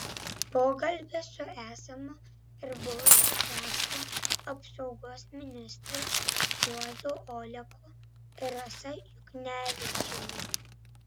pokalbis su esamu ir buvusia krašto apsaugos ministrais juozu oleku ir rasa juknevičiene